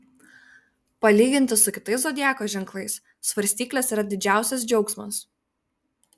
palyginti su kitais zodiako ženklais svarstyklės yra didžiausias džiaugsmas